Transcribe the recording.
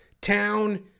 Town